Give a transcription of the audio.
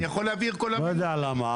לא יודע למה,